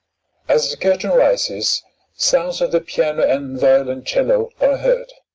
as the curtain rises sounds of the piano and violoncello are heard.